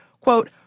quote